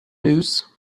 news